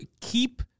keep